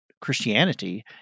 Christianity